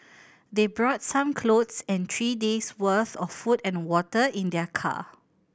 they brought some clothes and three days worth of food and water in their car